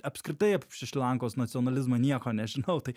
apskritai apie šri lankos nacionalizmą nieko nežinau tai